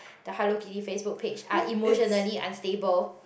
the Hello Kitty Facebook page are emotionally unstable